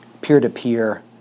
Peer-to-peer